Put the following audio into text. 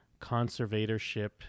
conservatorship